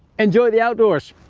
enjoy the outdoors.